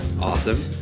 awesome